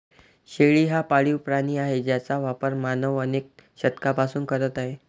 शेळी हा पाळीव प्राणी आहे ज्याचा वापर मानव अनेक शतकांपासून करत आहे